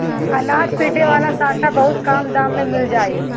अनाज पीटे वाला सांटा बहुत कम दाम में मिल जाई